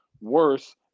worse